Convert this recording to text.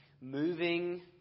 moving